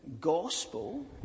gospel